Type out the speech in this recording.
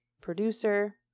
producer